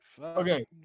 Okay